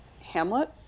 Hamlet